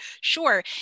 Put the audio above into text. sure